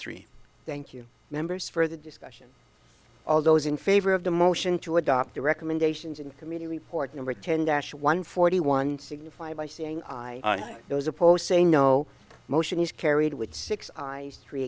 three thank you members for the discussion all those in favor of the motion to adopt the recommendations in committee report number ten dash one forty one signify by saying i was a post saying no motion is carried with six eyes three